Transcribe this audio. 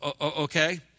okay